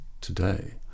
today